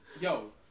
yo